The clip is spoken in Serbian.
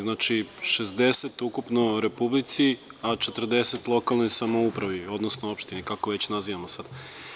Znači, 60 ukupno u Republici, a 40 lokalnoj samoupravi, odnosno opštini, kako već nazivamo sad.